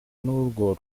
n’urwo